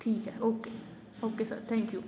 ਠੀਕ ਹੈ okay okay sir thank you